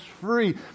free